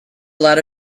lot